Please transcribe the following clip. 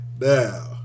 Now